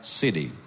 city